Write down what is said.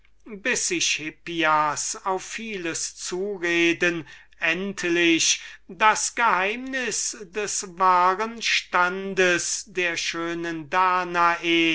auf vieles zureden endlich das geheimnis des wahren standes der schönen danae